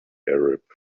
arab